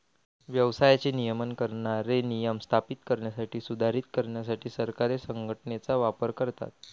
व्यवसायाचे नियमन करणारे नियम स्थापित करण्यासाठी, सुधारित करण्यासाठी सरकारे संघटनेचा वापर करतात